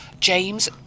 james